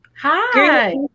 Hi